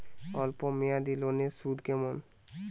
অল্প মেয়াদি লোনের সুদ কেমন?